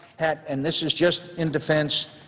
and this is just in defense.